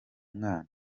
mwana